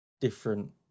different